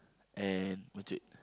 and matured